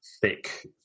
thick